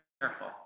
careful